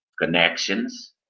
connections